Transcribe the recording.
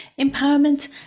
empowerment